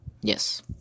Yes